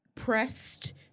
pressed